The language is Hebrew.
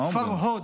פַרְהוּד.